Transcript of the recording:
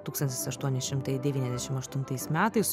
tūkstantis aštuoni šimtai devyniasdešim aštuntais metais